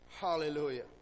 Hallelujah